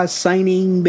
signing